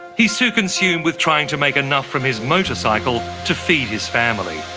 he's too consumed with trying to make enough from his motorcycle to feed his family.